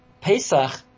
Pesach